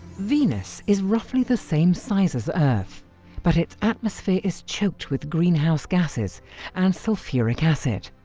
venus is roughly the same size as earth but its atmosphere is choked with greenhouse gases and sulphuric acid.